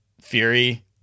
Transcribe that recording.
Fury